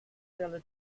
della